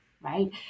right